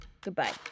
goodbye